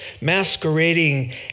masquerading